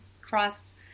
cross